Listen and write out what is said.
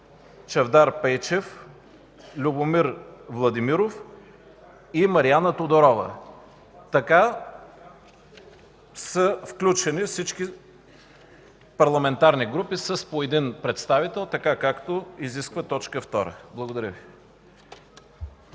Чавдар Пейчев, Любомир Владимиров и Мариана Тодорова.” Включени са всички парламентарни групи с по един представител, така както изисква т. 2. Благодаря Ви.